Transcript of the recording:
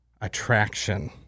attraction